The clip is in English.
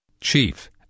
chief